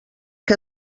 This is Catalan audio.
que